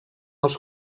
els